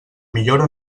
millora